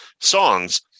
songs